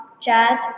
jazz